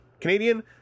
Canadian